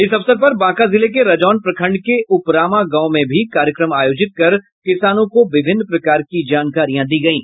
इस अवसर पर बांका जिले के रजौन प्रखंड के उपरामा गांव में भी कार्यक्रम आयोजित कर किसानों को विभिन्न प्रकार की जानकारियां दी गयी